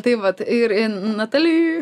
tai vat ir natali